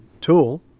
tool